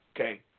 Okay